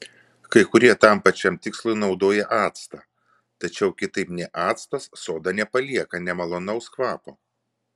kai kurie tam pačiam tikslui naudoja actą tačiau kitaip nei actas soda nepalieka nemalonaus kvapo